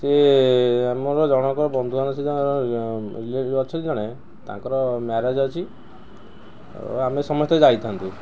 ସିଏ ଆମର ଜଣଙ୍କର ବନ୍ଧୁବାନ୍ଧବ ସିଧା ରିଲେଟିଭ୍ ଅଛନ୍ତି ଜଣେ ତାଙ୍କର ମ୍ୟାରେଜ୍ ଅଛି ଆଉ ଆମେ ସମସ୍ତେ ଯାଇଥାନ୍ତୁ